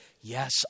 yes